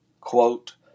quote